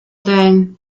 then